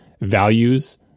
values